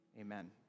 Amen